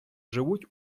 живуть